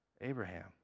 Abraham